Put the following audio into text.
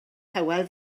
hywel